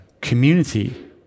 community